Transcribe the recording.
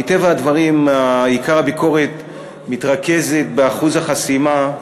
מטבע הדברים, עיקר הביקורת מתרכזת באחוז החסימה,